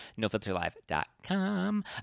NoFilterLive.com